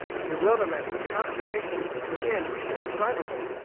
the bewilderment and consternation within was indescribable.